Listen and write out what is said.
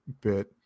bit